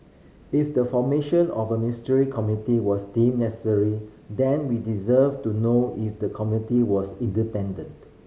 if the formation of a Ministerial Committee was deemed necessary then we deserve to know if the committee was independent